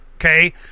okay